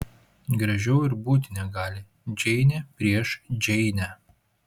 gražiau ir būti negali džeinė prieš džeinę